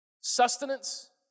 sustenance